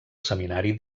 seminari